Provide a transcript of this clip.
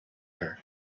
her